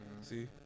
See